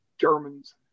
Germans